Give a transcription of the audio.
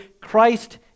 Christ